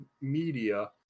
media